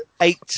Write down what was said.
eight